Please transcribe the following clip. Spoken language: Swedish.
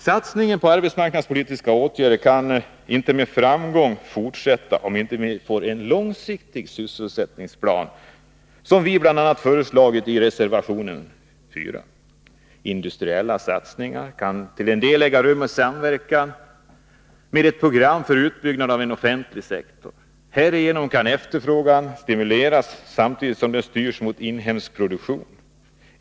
Satsningen på arbetsmarknadspolitiska åtgärder kan inte med framgång fortsätta om vi inte får en långsiktig sysselsättningsplan, som vi bl.a. föreslagit i reservation 4. Industriella satsningar kan till en del äga rum i samverkan med ett program för utbyggnad av en offentlig sektor. Härigenom kan efterfrågan stimuleras, samtidigt som den styrs mot inhemsk produktion.